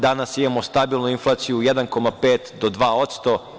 Danas imamo stabilnu inflaciju 1,5% do 2%